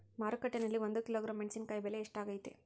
ಮಾರುಕಟ್ಟೆನಲ್ಲಿ ಒಂದು ಕಿಲೋಗ್ರಾಂ ಮೆಣಸಿನಕಾಯಿ ಬೆಲೆ ಎಷ್ಟಾಗೈತೆ?